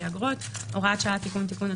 (אגרות) (הוראת שעה) (תיקון) (תיקון),